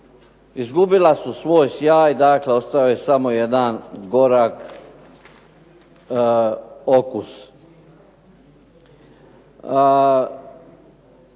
izgubila su svoj sjaj, dakle ostao je samo jedan gorak okus.